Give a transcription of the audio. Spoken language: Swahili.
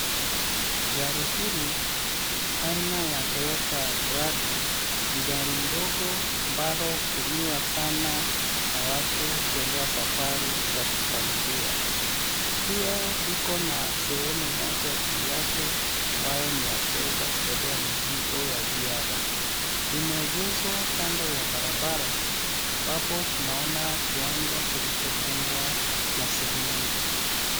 Gari hili, aina ya Toyota Prado, ni gari ndogo ambalo hutumiwa sana na watu kuendea safari za kifamilia. Pia liko na sehemu moja juu yake ambayo niyakuweza kubeba mzigo ya ziada. Limeegeshwa kando ya barabara, ambapo tunaona kiwanja kilichofungwa na seng'enge.